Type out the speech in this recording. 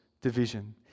division